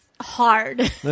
hard